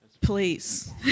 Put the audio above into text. please